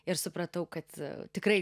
ir supratau kad tikrai